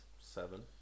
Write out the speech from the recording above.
Seven